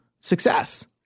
success